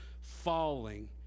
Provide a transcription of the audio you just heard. falling